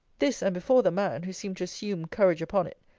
this, and before the man, who seemed to assume courage upon it,